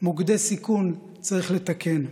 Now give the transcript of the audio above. מוקדי סיכון צריך לתקן.